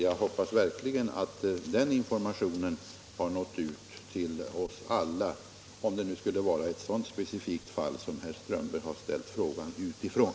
Jag hoppas verkligen att den informationen har nått ut till alla — om det skulle vara ett så speciellt fall som herr Strömberg i Botkyrka har ställt frågan utifrån.